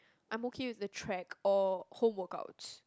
I'm okay with the track or home workouts